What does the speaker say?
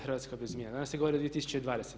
Hrvatska bez mina, danas se govori 2020.